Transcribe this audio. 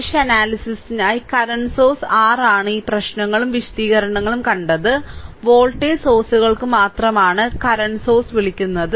mesh അനാലിസിസിനായി current sources r ആണ് ഈ പ്രശ്നങ്ങളും വിശദീകരണങ്ങളും കണ്ടത് വോൾട്ടേജ് സോഴ്സുകൾക്കൊപ്പം മാത്രമാണ് കറന്റ് സോഴ്സ് വിളിക്കുന്നത്